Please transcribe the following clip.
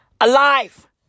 alive